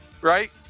right